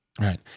Right